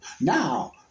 Now